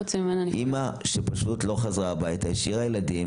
אימא שפשוט לא חזרה הביתה השאירה ילדים,